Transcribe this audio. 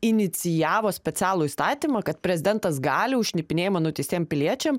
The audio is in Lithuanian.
inicijavo specialų įstatymą kad prezidentas gali už šnipinėjimą nuteistiem piliečiam